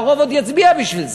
והרוב עוד יצביע בשביל זה.